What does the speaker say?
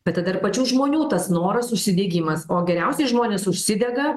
bet tada ir pačių žmonių tas noras užsidegimas o geriausiai žmonės užsidega